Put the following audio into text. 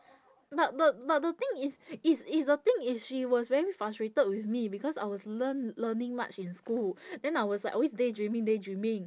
but but but the thing is is is the thing is she was very frustrated with me because I was learn learning much in school then I was like always daydreaming daydreaming